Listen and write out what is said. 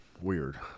weird